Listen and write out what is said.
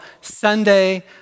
Sunday